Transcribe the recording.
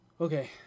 Okay